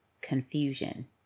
confusion